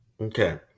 Okay